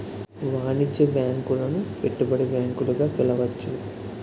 వాణిజ్య బ్యాంకులను పెట్టుబడి బ్యాంకులు గా పిలవచ్చు